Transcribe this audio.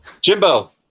Jimbo